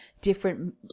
different